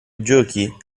giochi